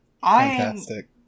Fantastic